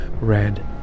red